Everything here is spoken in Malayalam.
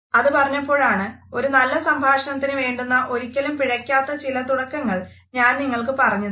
അതുപറഞ്ഞപോഴാണ് ഒരു നല്ല സംഭാഷണത്തിന് വേണ്ടുന്ന ഒരിക്കലും പിഴയ്ക്കാത്ത ചില തുടക്കങ്ങൾ ഞാൻ നിങ്ങൾക്ക് പറഞ്ഞു തരാം